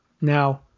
Now